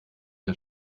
der